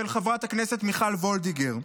של חברת הכנסת מיכל וולדיגר?